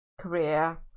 career